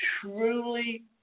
truly